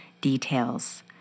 details